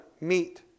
meet